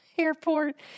Airport